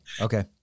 okay